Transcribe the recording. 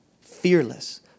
Fearless